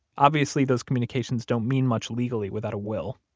obviously those communications don't mean much legally without a will,